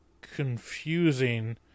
confusing